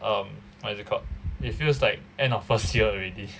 um what is it called it feels like end of first year already